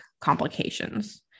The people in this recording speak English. complications